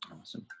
Awesome